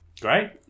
Great